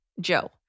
Joe